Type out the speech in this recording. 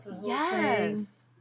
yes